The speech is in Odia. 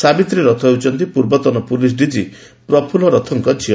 ସାବିତ୍ରୀ ରଥ ହେଉଛନ୍ତି ପୂର୍ବତନ ପୁଲିସ ଡିଜି ପ୍ରଫୁଲ୍ଲ ରଥଙ୍କ ଝିଅ